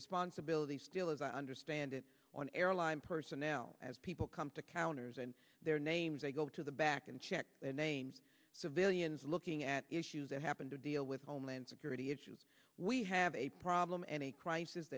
responsibility still as i understand it on airline personnel as people come to counters and their names they go to the back and check the names civilians looking at issues that happen to deal with homeland security issues we have a problem and a crisis